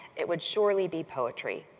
it would surely be poetry,